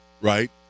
right